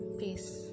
peace